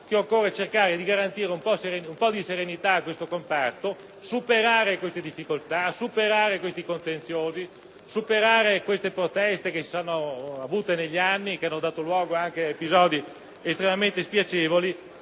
che occorre cercare di garantire un po' di serenità a questo comparto, superare le difficoltà, superare i contenziosi e le proteste che si sono avute negli anni che hanno dato luogo anche ad episodi estremamente spiacevoli,